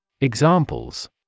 Examples